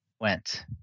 went